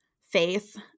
faith